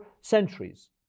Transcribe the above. centuries